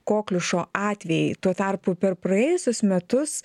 kokliušo atvejai tuo tarpu per praėjusius metus